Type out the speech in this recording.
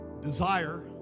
Desire